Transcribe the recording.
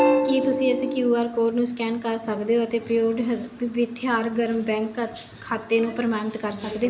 ਕੀ ਤੁਸੀਂਂ ਇਸ Q R code ਨੂੰ ਸਕੈਨ ਕਰ ਸਕਦੇ ਹੋ ਅਤੇ ਮੇਰੇ ਪੁਡੁਵੈ ਭਰਥਿਅਰ ਗ੍ਰਾਮ ਬੈਂਕ ਖਾਤੇ ਨੂੰ ਪ੍ਰਮਾਣਿਤ ਕਰ ਸਕਦੇ ਹੋ